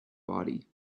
body